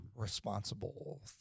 responsible